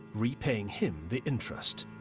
repaying him the interest.